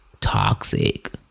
toxic